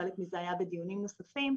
חלק מזה היה בדיונים נוספים.